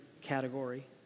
category